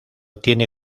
tiene